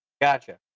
Gotcha